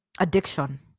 Addiction